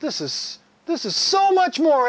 this is this is so much more